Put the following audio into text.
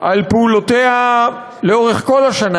על פעולותיה לאורך כל השנה,